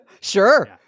Sure